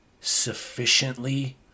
sufficiently